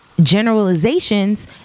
generalizations